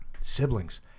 siblings